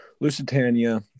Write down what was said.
Lusitania